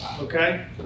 Okay